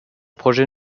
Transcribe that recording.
projet